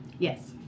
Yes